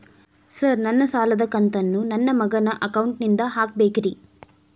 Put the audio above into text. Sir ನನ್ನ ಸಾಲದ ಕಂತನ್ನು ನನ್ನ ಮಗನ ಅಕೌಂಟ್ ನಿಂದ ಹಾಕಬೇಕ್ರಿ?